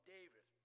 David